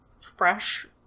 fresh